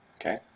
Okay